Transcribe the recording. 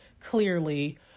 Clearly